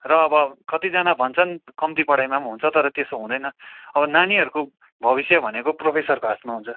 र अब कतिजना भन्छन् कम्ती पढाइमा पनि हुन्छ तर त्यसो हुँदैन अब नानीहरूको भविष्य भनेको प्रोफेसरको हातमा हुन्छ